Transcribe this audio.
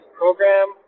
program